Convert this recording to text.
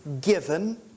given